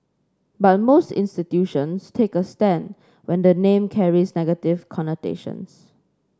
but most institutions take a stand when the name carries negative connotations